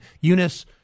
Eunice